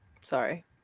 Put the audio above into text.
Sorry